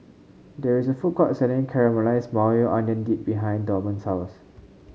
there is a food court selling Caramelized Maui Onion Dip behind Dorman's house